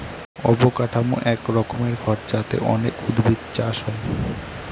অবকাঠামো এক রকমের ঘর যাতে অনেক উদ্ভিদ চাষ হয়